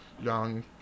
young